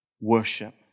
worship